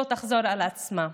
לא תחזור על עצמה.